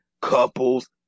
couples